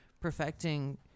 perfecting